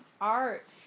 art